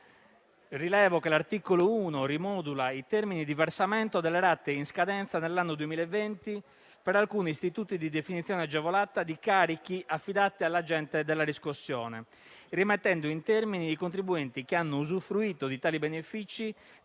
rilevo che l'articolo 1 rimodula i termini di versamento delle rate in scadenza nell'anno 2020 per alcuni istituti di definizione agevolata di carichi affidati all'agente della riscossione, rimettendo i termini dei contribuenti che hanno usufruito di tali benefici